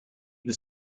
was